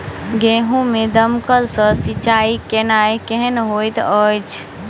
गेंहूँ मे दमकल सँ सिंचाई केनाइ केहन होइत अछि?